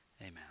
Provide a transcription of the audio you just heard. Amen